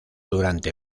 durante